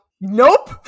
Nope